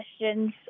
questions